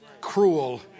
cruel